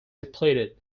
depleted